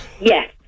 Yes